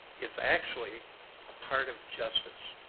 it's actually a part of justice.